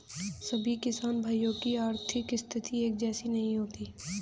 सभी किसान भाइयों की आर्थिक स्थिति एक जैसी नहीं होती है